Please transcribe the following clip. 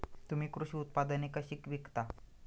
तुम्ही कृषी उत्पादने कशी विकता?